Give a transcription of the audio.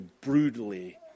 brutally